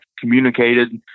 communicated